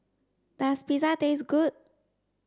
does Pizza taste good